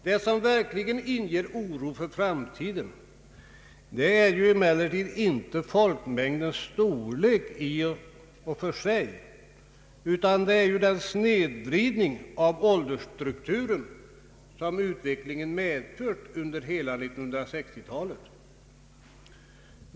Det som verkligen inger oro för framtiden är emellertid inte folkmängdens storlek i och för sig, utan den snedvridning av åldersstrukturen som utvecklingen medfört under hela 1966 talet.